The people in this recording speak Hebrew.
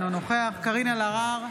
אינו נוכח קארין אלהרר,